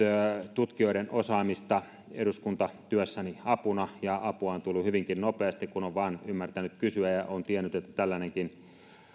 tutkijoiden osaamista eduskuntatyössäni apuna ja apua on tullut hyvinkin nopeasti kun on vaan ymmärtänyt kysyä ja on tiennyt että tällainenkin